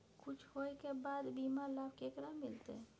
कुछ होय के बाद बीमा लाभ केकरा मिलते?